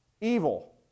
Evil